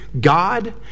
God